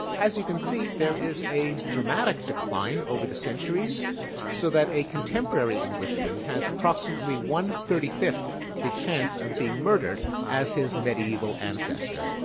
as you can see there is a dramatic decline over the centuries so that a contemporary englishman has approximately one thirty fifth chance of being murdered as his medieval ancestor.